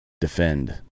defend